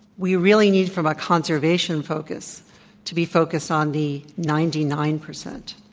we really need from a conservation focus to be focused on the ninety nine percent.